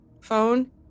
phone